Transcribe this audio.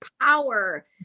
power